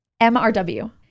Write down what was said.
mrw